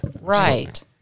Right